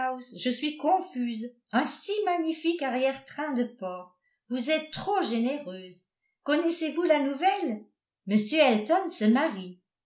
je suis confuse un si magnifique arrière train de porc vous êtes trop généreuse connaissez-vous la nouvelle m elton se marie